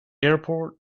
airport